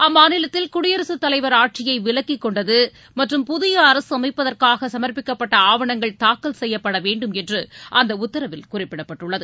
அம்மாநிலத்தில் குடியரசுத் தலைவர் ஆட்சியை விலக்கிக்கொண்டது மற்றும் புதிய அரசு அமைப்பதற்காக சமர்ப்பிக்கப்பட்ட ஆவணங்கள் தாக்கல் செய்யப்பட வேண்டுமென்று அந்த உத்தரவில் குறிப்பிடப்பட்டுள்ளது